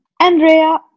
Andrea